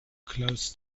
klaus